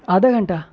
آدھا گھنٹہ